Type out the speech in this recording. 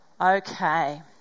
Okay